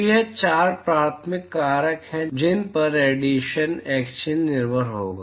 तो ये चार प्राथमिक कारक हैं जिन पर रेडिएशन एक्सचेंज निर्भर करेगा